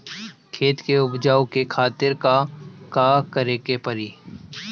खेत के उपजाऊ के खातीर का का करेके परी?